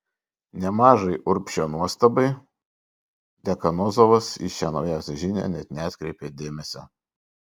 nemažai urbšio nuostabai dekanozovas į šią naujausią žinią net neatkreipė dėmesio